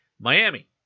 Miami